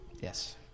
yes